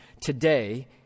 today